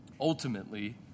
ultimately